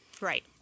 Right